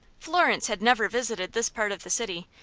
florence had never visited this part of the city,